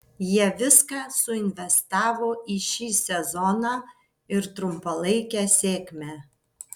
jie viską suinvestavo į šį sezoną ir trumpalaikę sėkmę